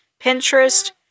Pinterest